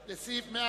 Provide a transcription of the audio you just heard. קדימה,